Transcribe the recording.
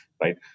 right